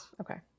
Okay